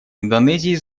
индонезии